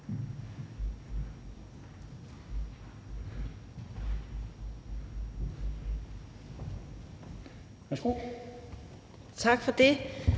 Krag): Tak for det,